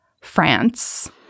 France